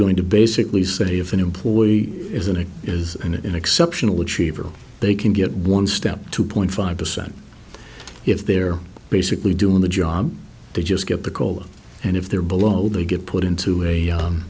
going to basically say if an employee isn't it is an exceptional achiever they can get one step two point five percent if they're basically doing the job they just get the call and if they're below they get put into a